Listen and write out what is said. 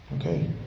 Okay